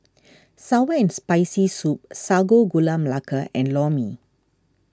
Sour and Spicy Soup Sago Gula Melaka and Lor Mee